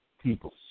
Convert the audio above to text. People